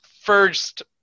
first